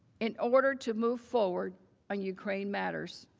in order to move forward on ukraine matters.